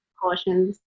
precautions